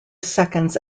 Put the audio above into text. seconds